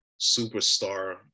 superstar